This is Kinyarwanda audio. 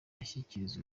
ashyikirizwa